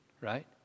right